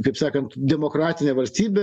kaip sakant demokratinė valstybė